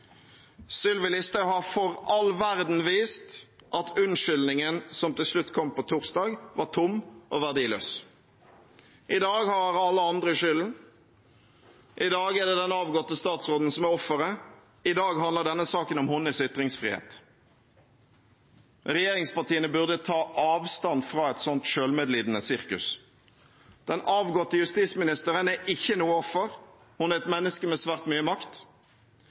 Sylvi Listhaug har for all verden vist at unnskyldningen som til slutt kom på torsdag, var tom og verdiløs. I dag har alle andre skylden. I dag er det den avgåtte statsråden som er offeret. I dag handler denne saken om hennes ytringsfrihet. Regjeringspartiene burde ta avstand fra et slikt selvmedlidende sirkus. Den avgåtte justisministeren er ikke noe offer. Hun er et menneske med svært mye makt.